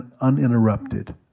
uninterrupted